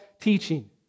teaching